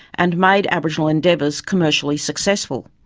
and made aboriginal endeavours commercially successful.